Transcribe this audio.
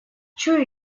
чую